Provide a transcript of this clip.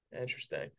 interesting